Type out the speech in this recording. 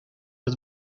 het